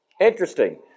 Interesting